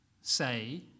say